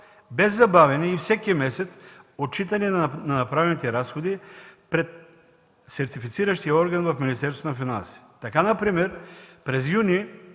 без забавяне и всеки месец отчитане на направените разходи пред сертифициращия орган в Министерството на